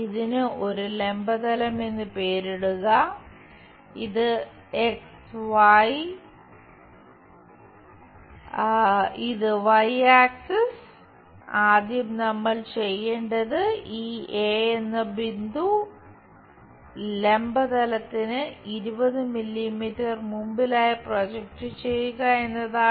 ഇതിന് ഒരു ലംബ തലം എന്ന് പേരിടുക ഇത് എക്സ് ആക്സിസ് ഇത് വൈ ആക്സിസ് ആദ്യം നമ്മൾ ചെയ്യേണ്ടത് ഈ എന്ന ബിന്ദു ലംബ തലത്തിന് 20 മില്ലീമീറ്റർ മുമ്പിലായി പ്രൊജക്റ്റ് ചെയ്യുക എന്നതാണ്